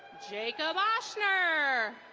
jacob ah oshner.